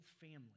family